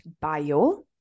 bio